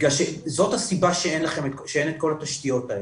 זאת הסיבה שאין את כל התשתיות האלה.